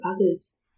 others